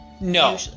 No